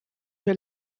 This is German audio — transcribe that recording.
wir